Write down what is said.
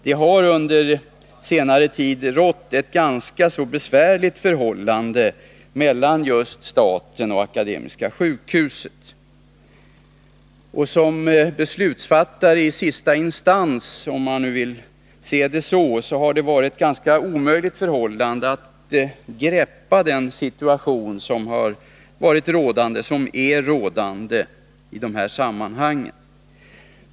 Det har under senare tid rått ett ganska besvärligt förhållande mellan staten och Akademiska sjukhuset. Som beslutsfattare i sista instans har det varit nästan omöjligt att greppa den rådande situationen i detta sammanhang.